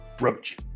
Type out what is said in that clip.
Roach